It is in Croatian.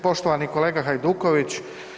Poštovani kolega Hajduković.